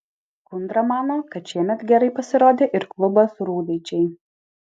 kundra mano kad šiemet gerai pasirodė ir klubas rūdaičiai